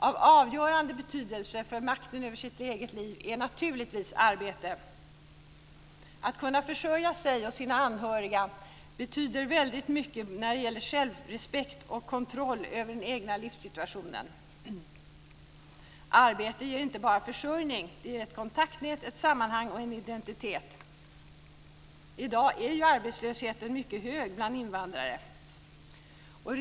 Av absolut avgörande betydelse för att nå makten över sin egen vardag är givetvis arbetet. Att kunna försörja sig och sina anhöriga med det egna arbetet ger självrespekt och kontroll över den egna livssituationen. Arbetet ger inte bara försörjning, det ger ett kontaktnät, ett sammanhang och en identitet. I dag är arbetslösheten bland invandrare mycket hög.